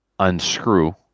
unscrew